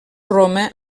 roma